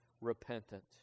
repentant